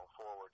forward